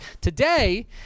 Today